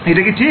এটা কি ঠিক